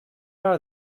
are